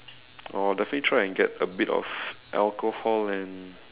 I'll definitely try and get a bit of alcohol and